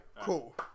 cool